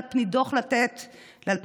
על פי דוח לתת ל-2018,